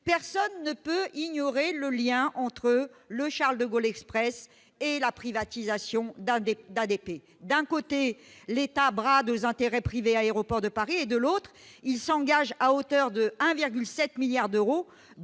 Personne ne peut ignorer le lien entre le Charles-de-Gaulle Express et la privatisation d'ADP. D'un côté, l'État brade aux intérêts privés Aéroports de Paris et, de l'autre, il s'engage à hauteur de 1,7 milliard d'euros,